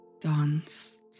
danced